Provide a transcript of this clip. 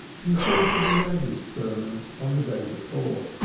he thought of the maggid's sermon on the day before.